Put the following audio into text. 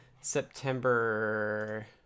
September